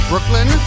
Brooklyn